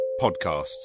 podcasts